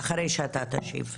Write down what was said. אחרי שאתה תשיב.